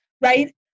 right